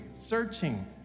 searching